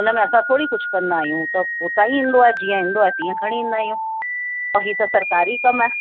हुन में असां थोरी कुझु कंदा आहियूं त हुतां ई ईंदो आहे जीअं ईंदो आहे तीअं खणी ईंदा आहियूं ऐं ही त सरकारी कमु आहे